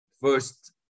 first